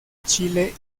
chile